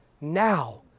now